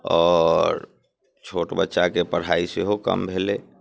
आओर छोट बच्चाके पढ़ाइ सेहो कम भेलै